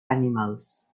animals